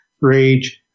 Rage